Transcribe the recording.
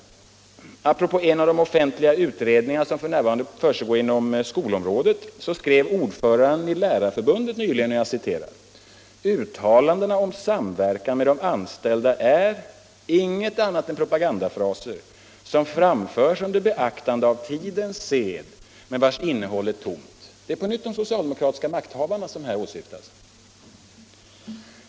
Apropå en av de offentliga utredningar som f.n. pågår inom skolområdet skrev ordföranden i Lärarförbundet nyligen: ”Uttalandena om samverkan med de anställda är — intet annat än propagandafraser, som framförs under beaktande av tidens sed men vars innehåll är tomt.” Det är på nytt de socialdemokratiska makthavarna som här åsyftas.